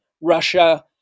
russia